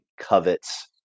covets